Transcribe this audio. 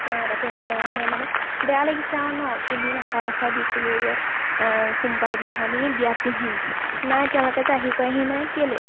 তেওঁ অৰ্ডাৰটো আহি পোৱাহি নাই মানে বেয়া লাগিছে আৰু ন পিন্ধিম আশা দেখাই দিছিলোঁ যে এ সোমবাৰৰ দিনাখনেই বিয়াত পিন্ধিম নাই তেওঁলোকে যে আহি পোৱাহি নাই কেলে